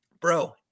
Bro